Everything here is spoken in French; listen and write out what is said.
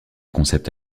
concept